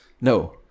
no